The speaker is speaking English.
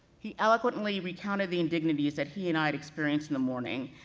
he eloquently recounted the indignities that he and i'd experienced in the morning,